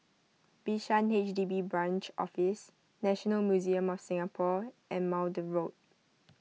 Bishan H D B Branch Office National Museum of Singapore and Maude Road